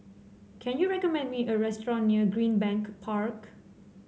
can you recommend me a restaurant near Greenbank Park